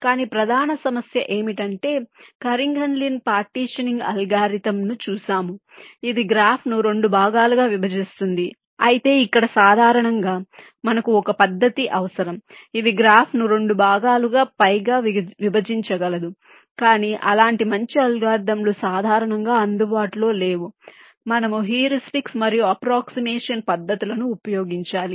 కానీ ప్రధాన సమస్య ఏమిటంటే కార్నిఘన్ లిన్ పార్టీషనింగ్ అల్గోరిథం ను చూశాము ఇది ఒక గ్రాఫ్ను రెండు భాగాలుగా విభజిస్తుంది అయితే ఇక్కడ సాధారణంగా మనకు ఒక పద్దతి అవసరం ఇది గ్రాఫ్ను రెండు భాగాలకు పైగా విభజించగలదు కానీ అలాంటి మంచి అల్గోరిథంలు సాధారణంగా అందుబాటులో లేవు మనము హ్యూరిస్టిక్స్ మరియు అప్ప్రోక్సీమేషన్ పద్ధతులను ఉపయోగించాలి